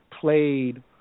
played